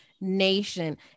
nation